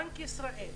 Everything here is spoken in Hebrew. בנק ישראל,